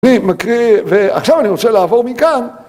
ועכשיו אני רוצה לעבור מכאן